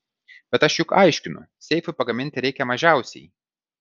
bet aš juk aiškinu seifui pagaminti reikia mažiausiai